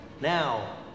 Now